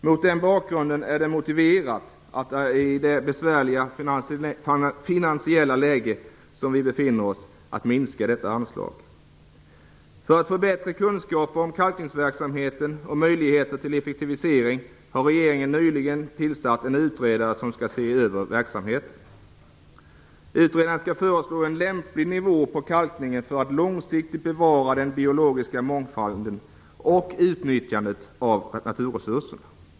Mot den bakgrunden är det motiverat att i det besvärliga finansiella läge som vi befinner oss i minska detta anslag. För att få bättre kunskap om kalkningsverksamheten och möjligheter till effektivisering har regeringen nyligen tillsatt en utredare som skall se över verksamheten. Utredaren skall föreslå en nivå på kalkningen som är lämplig för ett långsiktigt bevarande av den biologiska mångfalden och för utnyttjandet av naturresurserna.